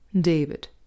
David